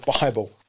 Bible